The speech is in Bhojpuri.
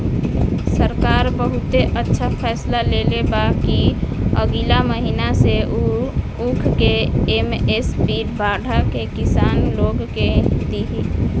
सरकार बहुते अच्छा फैसला लेले बा कि अगिला महीना से उ ऊख के एम.एस.पी बढ़ा के किसान लोग के दिही